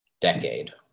decade